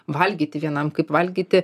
valgyti vienam kaip valgyti